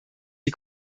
die